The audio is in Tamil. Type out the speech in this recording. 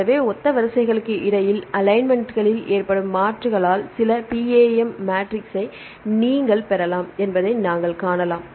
எனவே ஒத்த வரிசைகளுக்கு இடையிலான அலைன்மென்ட்களில் ஏற்படும் மாற்றுகளால் சில PAM மேட்ரிக்ஸை நீங்கள் பெறலாம் என்பதை நீங்கள் காணலாம்